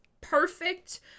perfect